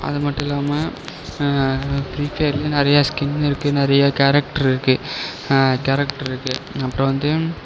அது மட்டும் இல்லாமல் ஃப்ரீ ஃபயரில் நிறையா ஸ்கின் இருக்குது நிறையா கேரக்டரு இருக்குது கேரக்டரு இருக்குது அப்றம் வந்து